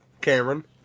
Cameron